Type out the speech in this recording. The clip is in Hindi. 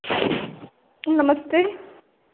नमस्ते